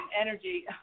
energy